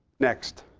next,